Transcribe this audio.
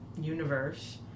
universe